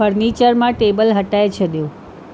furniture मां table हटाइ छॾियो